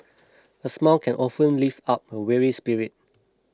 a smile can often lift up a weary spirit